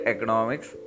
Economics